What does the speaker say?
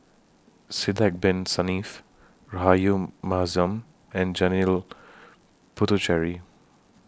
Sidek Bin Saniff Rahayu Mahzam and Janil Puthucheary